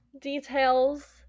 details